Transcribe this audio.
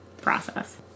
process